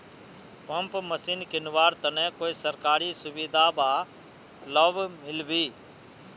Pump machine किनवार तने कोई सरकारी सुविधा बा लव मिल्बी?